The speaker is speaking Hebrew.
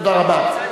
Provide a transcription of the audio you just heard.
תודה רבה.